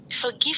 forgive